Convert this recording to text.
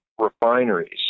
refineries